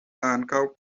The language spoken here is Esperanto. ankaŭ